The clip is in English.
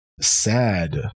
sad